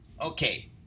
Okay